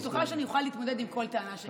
אני בטוחה שאני אוכל להתמודד עם כל טענה שכנגד.